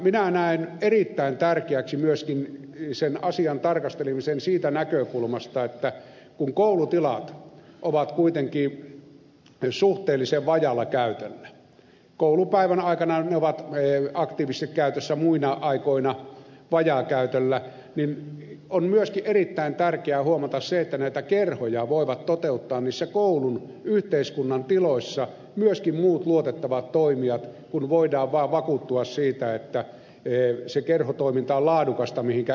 minä näen erittäin tärkeäksi myöskin sen asian tarkastelemisen siitä näkökulmasta kun koulutilat ovat kuitenkin suhteellisen vajaalla käytöllä koulupäivän aikana ne ovat aktiivisesti käytössä muina aikoina vajaakäytöllä niin on myöskin erittäin tärkeää huomata se että näitä kerhoja voivat toteuttaa niissä koulun yhteiskunnan tiloissa myöskin muut luotettavat toimijat kun voidaan vaan vakuuttua siitä että se kerhotoiminta on laadukasta mihinkä ed